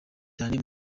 cyane